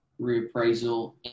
reappraisal